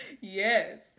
yes